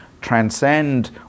transcend